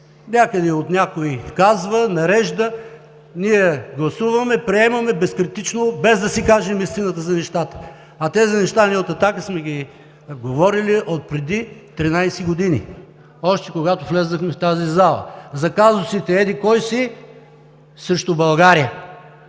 някъде някой казва, нарежда – ние гласуваме, приемаме безкритично, без да си кажем истината за нещата. Тези неща ние от Атака сме ги говорили отпреди 13 години, още когато влязохме в тази зала – за казусите еди-кой си срещу България!